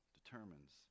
determines